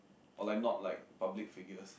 or like not like public figures